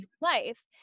life